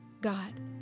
God